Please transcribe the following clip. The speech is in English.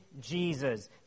Jesus